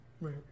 Right